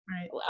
Right